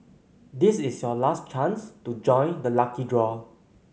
this is your last chance to join the lucky draw